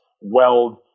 weld